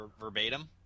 Verbatim